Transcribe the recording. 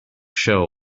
show